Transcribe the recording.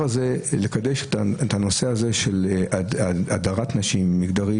קידוש הדרת נשים והנושא המגדרי